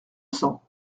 cents